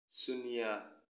ꯁꯨꯅ꯭ꯌ